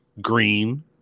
green